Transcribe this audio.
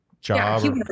job